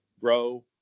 grow